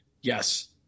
Yes